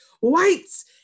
whites